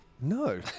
No